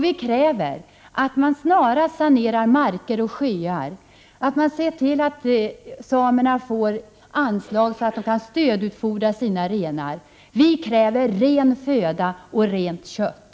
Vi kräver att man snarast sanerar marker och sjöar och att man ser till att samerna får anslag så att de kan stödutfodra sina renar. Vi kräver ren föda och rent kött.